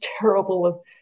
terrible